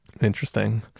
Interesting